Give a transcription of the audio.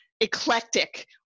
eclectic